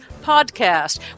Podcast